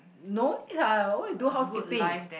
no need lah why you do housekeeping